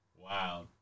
Wow